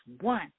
one